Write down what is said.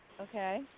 okay